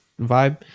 vibe